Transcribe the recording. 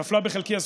נפלה בחלקי הזכות,